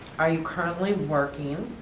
are you currently working?